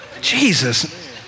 Jesus